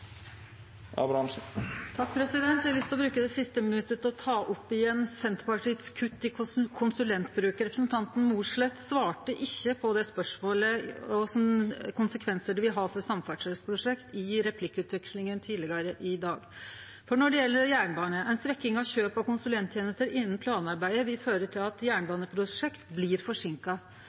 Eg har lyst å bruke det siste minuttet mitt til å ta opp igjen Senterpartiets kutt i konsulentbruk. Representanten Mossleth svara ikkje i ei replikkveksling tidlegare i dag på spørsmålet om kva konsekvensar dette vil ha for samferdsleprosjekt. Når det gjeld jernbane, vil ei svekking av konsulenttenester innan planarbeidet føre til at jernbaneprosjekt blir forsinka.